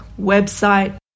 website